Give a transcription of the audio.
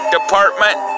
Department